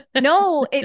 No